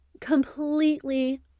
completely